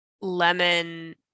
lemon